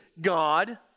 god